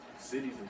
cities